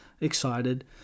excited